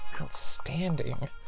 Outstanding